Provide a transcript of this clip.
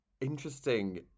interesting